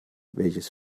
welches